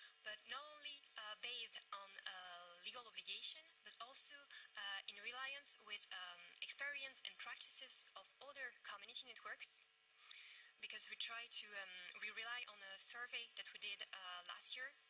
but not only based on legal obligation, but also in reliance with um experience and practices of other community networks because we try to um we rely on a survey that we did last year,